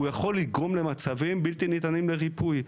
הוא יכול לגרום למצבים בלתי ניתנים לריפוי.